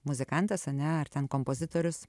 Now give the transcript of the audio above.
muzikantas ane ar ten kompozitorius